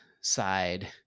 side